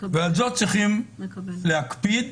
על זה צריכים להקפיד,